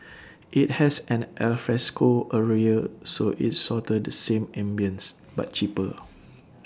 IT has an alfresco area so it's sorta the same ambience but cheaper